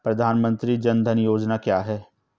प्रधानमंत्री जन धन योजना क्या है?